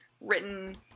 written